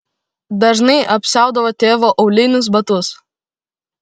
dažnai apsiaudavo tėvo aulinius batus